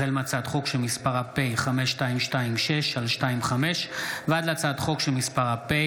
החל בהצעת חוק פ/5226/25 וכלה בהצעת חוק פ/5262/25: